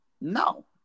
No